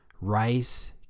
rice